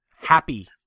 Happy